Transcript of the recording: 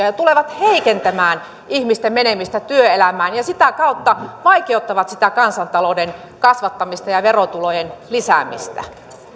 ja tulevat heikentämään ihmisten menemistä työelämään ja sitä kautta vaikeuttavat sitä kansantalouden kasvattamista ja verotulojen lisäämistä